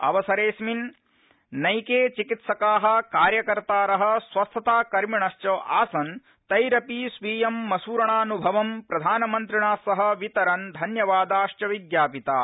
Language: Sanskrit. अवसरेऽस्मिन नैके चिकित्सका कार्यकर्तार स्वास्थ्यकर्मिणध आसन तैरपि स्वीयं मसुरणानभवं प्रधानमन्त्रिणा सह वितरन् धन्यवादाश्च विज्ञापिता